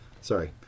Sorry